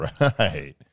Right